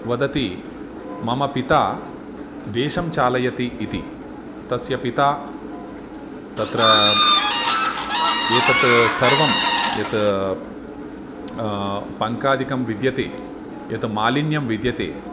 वदति मम पिता देशं चालयति इति तस्य पिता तत्र एतत् सर्वं यत् पङ्कादिकं विद्यते यत् मालिन्यं विद्यते